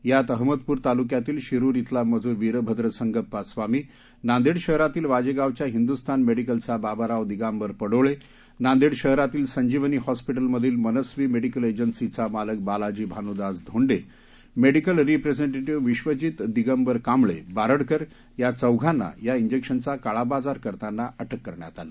यात अहमदपूर तालूक्यातील शिरूर शिरूर शिरूर विरभद्र संगप्पा स्वामी नांदेड शहरातला वाजेगावच्या हिंद्स्थान मेडीकलचा बाबाराव दिगांबर पडोळे नांदेड शहरातील संजीवनी हॉस्पिटल मधील मन्सवी मेडीकल एजन्सीचा मालक बालाजी भानुदास धोंडे मेडीकल रिप्रेझेंटेटिव्ह विश्वजीत दिगांबर कांबळे बारडकर या चौघांना या जैक्शनचा काळाबाजर करतांना अटक करण्यात आलं